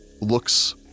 looks